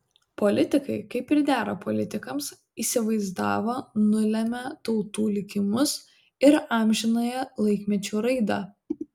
politikai kaip ir dera politikams įsivaizdavo nulemią tautų likimus ir amžinąją laikmečių raidą